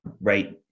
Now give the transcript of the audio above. right